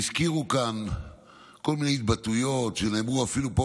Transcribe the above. והזכירו כאן כל מיני התבטאויות שנאמרו אפילו פה,